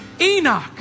Enoch